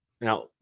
Now